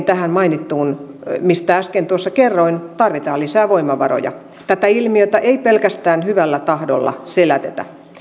tähän mainittuun mistä äsken tuossa kerroin tarvitaan lisää voimavaroja tätä ilmiötä ei pelkästään hyvällä tahdolla selätetä